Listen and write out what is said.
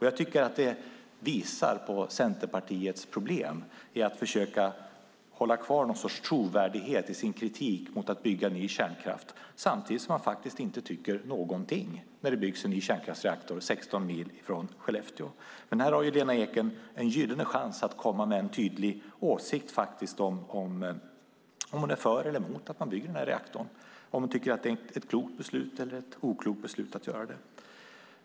Jag tycker att detta visar på Centerpartiets problem med att försöka hålla kvar någon sorts trovärdighet i sin kritik mot att bygga ny kärnkraft samtidigt som man faktiskt inte tycker någonting när det byggs en ny kärnkraftsreaktor 16 mil från Skellefteå. Men här har Lena Ek en gyllene chans att komma med en tydlig åsikt om huruvida hon är för eller mot att man bygger reaktorn. Tycker hon att det är ett klokt beslut eller ett oklokt beslut att göra det?